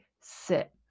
sit